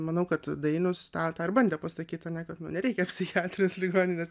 manau kad dainius tą tą ir bandė pasakyt ane kad nu nereikia psichiatrijos ligoninės